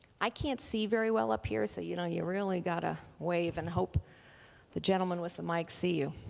i can't see very well up here, so you know you really gotta wave and hope the gentlemen with the mikes see you.